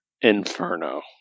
Inferno